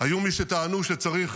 היו מי שטענו שצריך